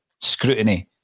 scrutiny